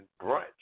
brunch